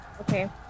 Okay